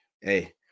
hey